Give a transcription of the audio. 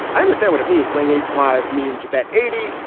i understand what it means. laying eight to five means you bet eighty.